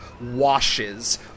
washes